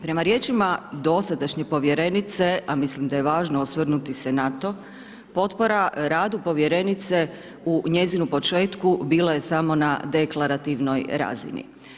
Prema riječima dosadašnje povjerenice, a mislim da je važno osvrnuti se na to, potpora radu povjerenice u njezinu početku bila je samo na deklarativnoj razini.